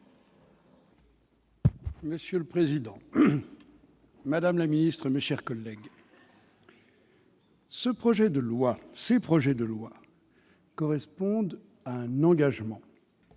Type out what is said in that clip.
Monsieur le président, madame la garde des sceaux, mes chers collègues, ces projets de loi correspondent à un engagement